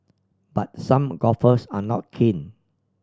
but some golfers are not keen